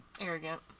arrogant